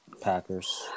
Packers